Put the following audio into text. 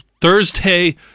Thursday